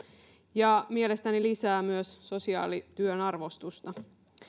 ja se mielestäni lisää myös sosiaalityön arvostusta